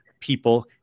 people